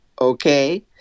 okay